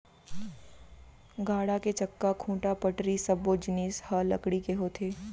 गाड़ा के चक्का, खूंटा, पटरी सब्बो जिनिस ह लकड़ी के होथे